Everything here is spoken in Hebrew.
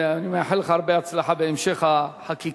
ואני מאחל לך הרבה הצלחה בהמשך החקיקה.